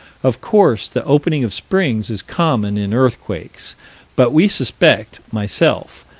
of course the opening of springs is common in earthquakes but we suspect, myself,